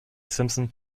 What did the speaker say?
simpson